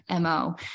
mo